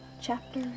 Chapter